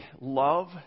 love